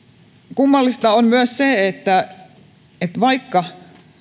kummallista on myös se että että vaikka